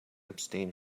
abstain